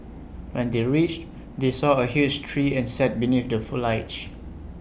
when they reached they saw A huge tree and sat beneath the foliage